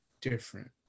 different